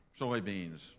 soybeans